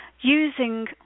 using